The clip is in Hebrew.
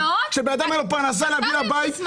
כשבן אדם אין לו פרנסה להביא לבית,